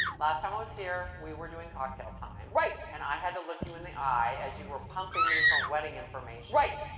last time i was here, we were doing cocktail time. right! and i had to look you in the eye, as you were pumping me for wedding information. right.